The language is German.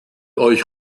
euch